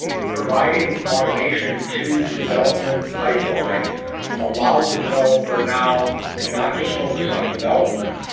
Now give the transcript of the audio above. providing automation to the development pipeline allows a developer now to not just focus on development,